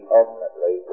ultimately